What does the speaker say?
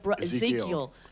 Ezekiel